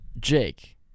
Jake